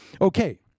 Okay